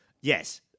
Yes